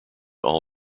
all